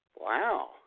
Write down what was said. Wow